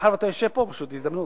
מאחר שאתה יושב פה, פשוט, זו הזדמנות.